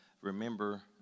remember